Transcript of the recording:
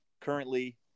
currently